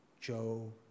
Joe